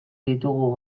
ditugu